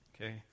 okay